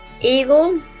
eagle